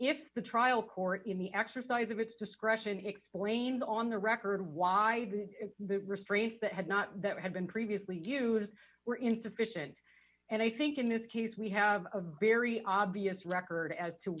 if the trial court in the exercise of its discretion explained on the record why the restraints that had not had been previously used were insufficient and i think in this case we have a very obvious record as to